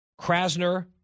Krasner